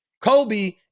Kobe